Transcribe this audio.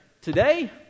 Today